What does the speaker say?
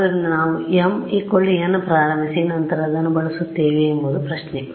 ಆದ್ದರಿಂದ ನಾವು m n ಪ್ರಾರಂಭಿಸಿ ನಂತರ ಅದನ್ನು ಬಳಸುತ್ತೇವೆ ಎಂಬುದು ಪ್ರಶ್ನೆ